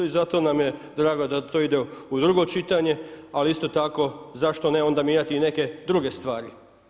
I zato nam je drago da to ide u drugo čitanje ali isto tako zašto ne onda mijenjati i neke druge stvari.